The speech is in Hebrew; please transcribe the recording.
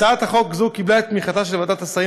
הצעת חוק זו קיבלה את תמיכתה של ועדת השרים